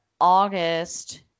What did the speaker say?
August